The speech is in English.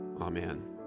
Amen